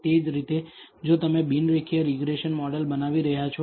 એ જ રીતે જો તમે બિન રેખીય રીગ્રેસન મોડેલ બનાવી રહ્યા છો